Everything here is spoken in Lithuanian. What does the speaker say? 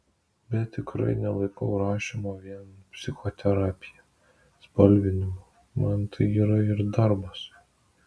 bet tikrai nelaikau rašymo vien psichoterapija spalvinimu man tai yra ir darbas